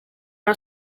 are